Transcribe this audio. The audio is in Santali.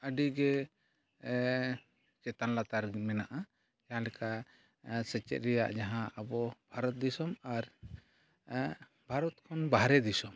ᱟᱹᱰᱤᱜᱮ ᱪᱮᱛᱟᱱ ᱞᱟᱛᱟᱨ ᱢᱮᱱᱟᱜᱼᱟ ᱡᱟᱦᱟᱸᱞᱮᱠᱟ ᱥᱮᱪᱮᱫ ᱨᱮᱭᱟᱜ ᱡᱟᱦᱟᱸ ᱟᱵᱚ ᱵᱷᱟᱨᱚᱛ ᱫᱤᱥᱚᱢ ᱟᱨ ᱵᱷᱟᱨᱚᱛ ᱠᱷᱚᱱ ᱵᱟᱦᱨᱮ ᱫᱤᱥᱚᱢ